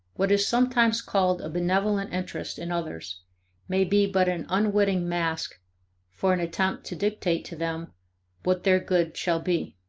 what is sometimes called a benevolent interest in others may be but an unwitting mask for an attempt to dictate to them what their good shall be,